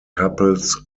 couples